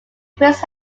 prince